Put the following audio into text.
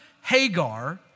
Hagar